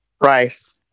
rice